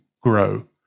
grow